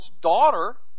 daughter